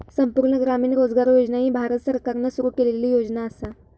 संपूर्ण ग्रामीण रोजगार योजना ही भारत सरकारान सुरू केलेली योजना असा